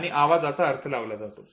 आणि त्या आवाजाचा अर्थ लावला जातो